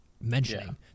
mentioning